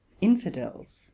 infidels